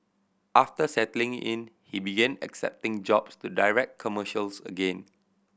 after settling in he began accepting jobs to direct commercials again